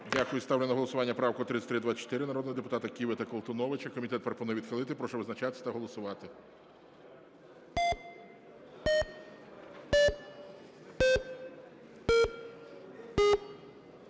Дякую. Ставлю на голосування правку 3324 народного депутати Киви та Колтуновича. Комітет пропонує відхилити. Прошу визначатись та голосувати.